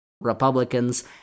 Republicans